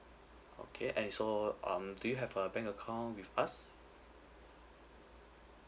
okay and so um do you have a bank account with us